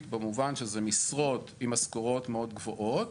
במובן שזה משרות עם משכורות מאוד גבוהות